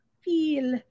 feel